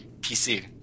PC